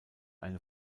eine